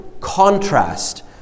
contrast